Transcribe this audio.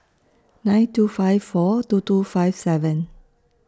nine two five four two two five seven